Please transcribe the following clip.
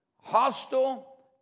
hostile